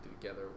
together